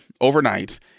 overnight